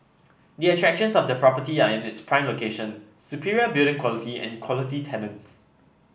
the attractions of the property are its prime location superior building quality and quality tenants